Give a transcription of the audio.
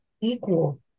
equal